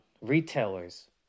retailers